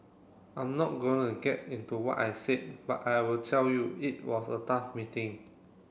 I'm not going to get into what I said but I will tell you it was a tough meeting